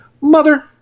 Mother